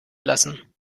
lassen